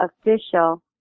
Official